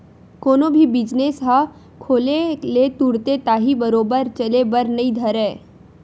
कोनो भी बिजनेस ह खोले ले तुरते ताही बरोबर चले बर नइ धरय